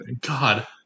God